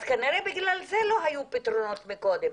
אז כנראה בגלל זה לא היו פתרונות מקודם,